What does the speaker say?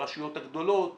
ברשויות הגדולות